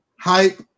hype